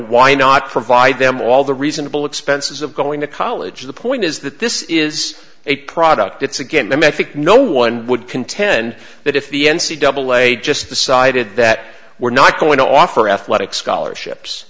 why not provide them all the reasonable expenses of going to college the point is that this is a product it's a gimmick no one would contend that if the n c double a just decided that we're not going to offer athletic scholarships